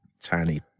tiny